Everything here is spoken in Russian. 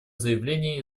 заявление